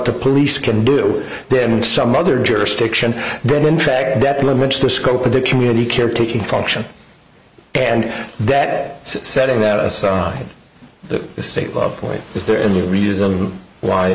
the police can do that and some other jurisdiction then in fact that limits the scope of the community caretaking function and that setting that aside the state of play is there any reason why